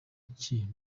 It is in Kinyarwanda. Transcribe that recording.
iki